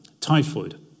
typhoid